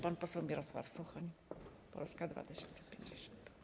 Pan poseł Mirosław Suchoń, Polska 2050.